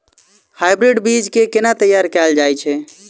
Hybrid बीज केँ केना तैयार कैल जाय छै?